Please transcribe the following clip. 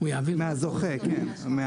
מהזוכה, כן.